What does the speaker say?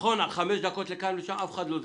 על חמש דקות לכאן או לשם אף אחד לא מדבר.